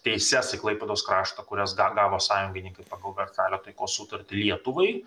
teises į klaipėdos kraštą kurias ga gavo sąjungininkai pagal versalio taikos sutartį lietuvai